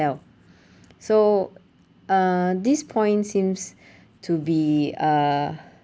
so uh this point seems to be uh